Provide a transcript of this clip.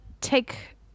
take